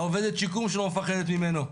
עובדת השיקום שלו מפחדת ממנו,